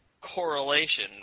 correlation